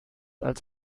als